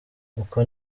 uko